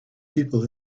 people